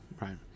Right